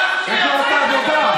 כאשר במהלך המשפט כינה אותו,